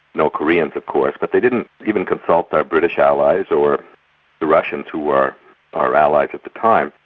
no koreans of course, but they didn't even consult their british allies or the russians who were our allies at the time.